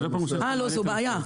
לא, זאת בעיה.